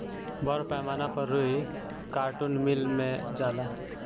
बड़ पैमाना पर रुई कार्टुन मिल मे जाला